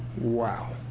wow